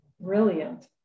brilliant